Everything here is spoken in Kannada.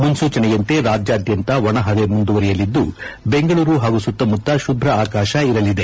ಮುನ್ನೂಚನೆಯಂತೆ ರಾಜ್ಯಾಧ್ಯಂತ ಒಣ ಹವೆ ಮುಂದುವರೆಯಲಿದ್ದು ಬೆಂಗಳೂರು ಹಾಗೂ ಸುತ್ತಮುತ್ತ ಶುಭ್ರ ಆಕಾಶ ಇರಲಿದೆ